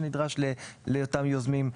שנדרש עבור אותם יוזמים,